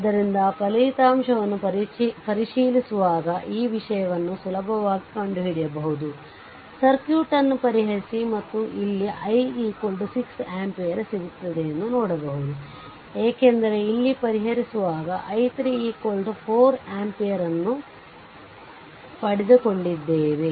ಆದ್ದರಿಂದ ಫಲಿತಾಂಶವನ್ನು ಪರಿಶೀಲಿಸುವಾಗ ಈ ವಿಷಯವನ್ನು ಸುಲಭವಾಗಿ ಕಂಡು ಹಿಡಿಯಬಹುದು ಸರ್ಕ್ಯೂಟ್ ಅನ್ನು ಪರಿಹರಿಸಿ ಮತ್ತು ಇಲ್ಲಿ i 6 ಆಂಪಿಯರ್ ಸಿಗುತ್ತದೆ ಎಂದು ನೋಡಬಹುದು ಏಕೆಂದರೆ ಇಲ್ಲಿ ಪರಿಹರಿಸುವಾಗ i3 4 ampere ಅನ್ನು ಪಡೆದುಕೊಂಡಿದ್ದೇವೆ